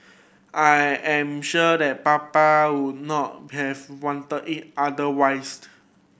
I am sure that Papa would not have wanted it otherwise